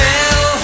Tell